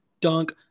dunk